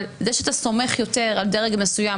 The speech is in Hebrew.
אבל זה שאתה סומך יותר על דרג מסוים,